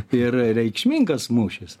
ir reikšmingas mūšis